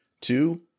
Two